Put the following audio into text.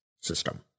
system